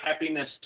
happiness